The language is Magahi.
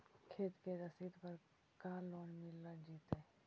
खेत के रसिद पर का लोन मिल जइतै?